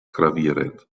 gravierend